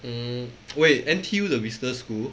mm wait N_T_U 的 business school